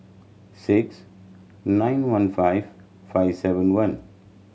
six nine one five five seven one